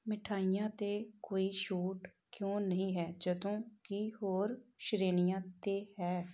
ਮਿਠਾਈਆਂ 'ਤੇ ਕੋਈ ਛੋਟ ਕਿਉਂ ਨਹੀਂ ਹੈ ਜਦੋਂ ਕਿ ਹੋਰ ਸ਼੍ਰੇਣੀਆਂ 'ਤੇ ਹੈ